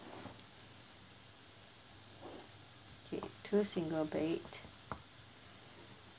okay two single bed